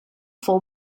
fou